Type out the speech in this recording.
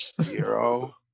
zero